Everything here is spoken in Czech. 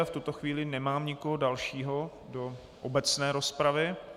V tuto chvíli nemám nikoho dalšího do obecné rozpravy.